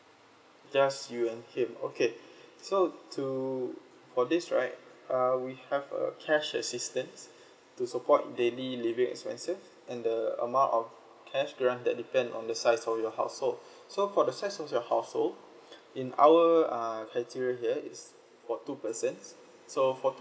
just you and him okay so to for this right uh we have a cash assistance to support daily living expenses and the amount of cash granted depend on the size of your household so for the size of your household in our uh criteria here it's for two persons so for two